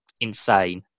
insane